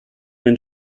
den